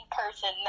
person